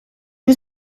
was